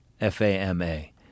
F-A-M-A